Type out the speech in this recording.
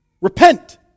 repent